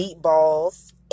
meatballs